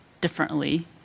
differently